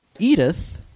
Edith